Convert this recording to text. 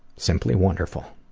simply wonderful.